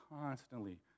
constantly